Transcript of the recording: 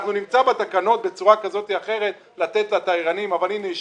אנחנו נמצא בתקנות בצורה כזאת או אחרת לתת לתיירנים אבל הנה,